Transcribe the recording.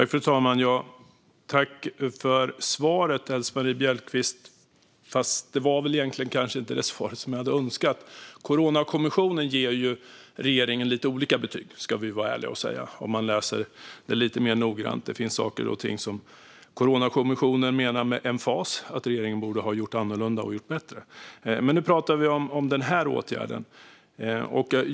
Fru talman! Jag tackar Elsemarie Bjellqvist för svaret, även om det inte var det svar jag önskade. I ärlighetens namn ger Coronakommissionen regeringen lite olika betyg. Det finns saker och ting som man med emfas menar att regeringen borde ha gjort annorlunda och bättre. Men nu pratar vi om denna åtgärd.